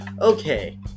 okay